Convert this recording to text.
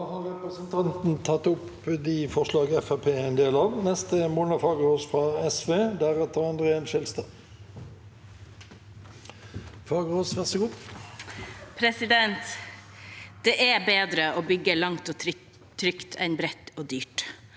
Det er bedre å bygge langt og trygt enn bredt og dyrt.